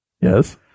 Yes